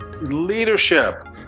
Leadership